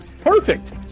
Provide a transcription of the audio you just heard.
Perfect